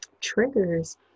triggers